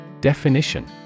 Definition